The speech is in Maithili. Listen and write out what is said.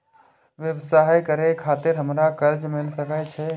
व्यवसाय करे खातिर हमरा कर्जा मिल सके छे?